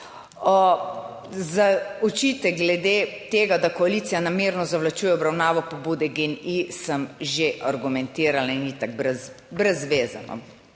Za očitek glede tega, da koalicija namerno zavlačuje obravnavo pobude GEN-I, sem že argumentirala in itak brez veze,